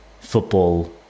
football